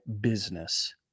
business